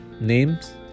names